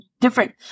different